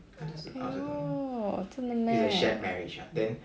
oh 真的 meh